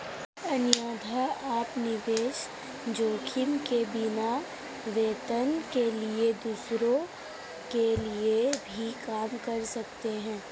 अन्यथा, आप निवेश जोखिम के बिना, वेतन के लिए दूसरों के लिए भी काम कर सकते हैं